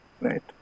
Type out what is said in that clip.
Right